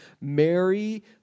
Mary